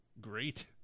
Great